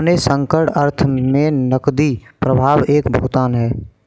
अपने संकीर्ण अर्थ में नकदी प्रवाह एक भुगतान है